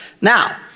Now